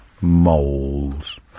Moles